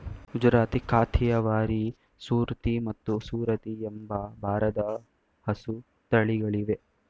ಗುಜರಾತಿ, ಕಾಥಿಯವಾರಿ, ಸೂರ್ತಿ ಮತ್ತು ಸುರತಿ ಎಂಬ ಭಾರದ ಹಸು ತಳಿಗಳಿವೆ